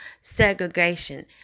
segregation